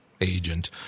agent